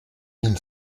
mille